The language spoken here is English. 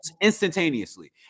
instantaneously